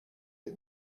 est